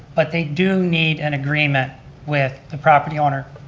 but they do need an agreement with the property owner,